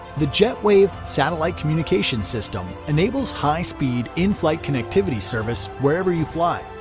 the jetwave satellite communication system enables high speed in-flight connectivity service wherever you fly.